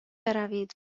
بروید